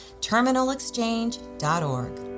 terminalexchange.org